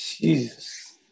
Jesus